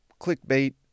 clickbait